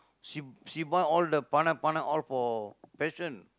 she she buy all the paanai paanai :paanai paanai all for passion